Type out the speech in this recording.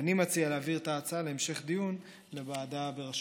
ואני מציע להעביר את ההצעה להמשך דיון לוועדה בראשותו.